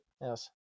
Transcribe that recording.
Yes